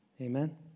Amen